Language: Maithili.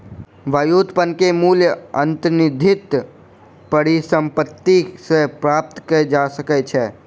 व्युत्पन्न के मूल्य अंतर्निहित परिसंपत्ति सॅ प्राप्त कय जा सकै छै